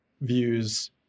views